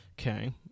Okay